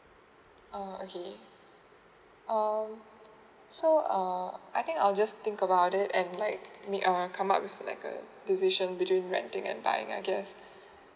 oh okay um so um I think I'll just think about it and like maybe um come up with like a physician between right I guess